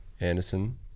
Anderson